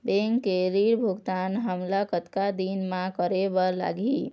Bank के ऋण भुगतान हमन ला कतक दिन म करे बर लगही?